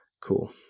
Cool